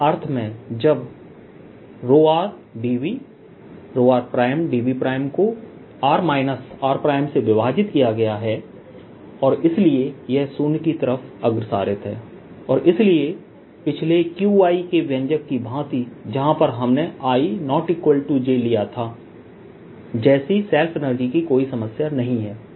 इस अर्थ में जब dvr dv को r r से विभाजित किया गया है और इसलिए यह शून्य की तरफ अग्रसारित है और इसीलिए पिछले Qi के व्यंजक की भांति जहां पर हमने i ≠ jलिया था जैसी सेल्फ एनर्जी की कोई समस्या नहीं है